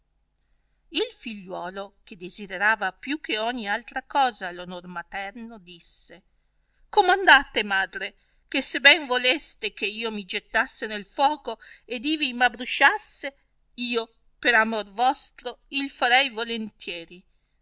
il figliuolo che desiderava più che ogni altra cosa onor materno disse comandate madre che se ben voleste che io mi gettasse nel fuoco ed ivi m abbrusciasse io per amor vostro il farei volentieri